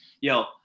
yo